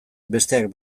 besteak